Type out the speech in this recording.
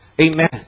Amen